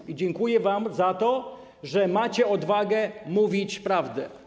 I dziękuję wam za to, że macie odwagę mówić prawdę.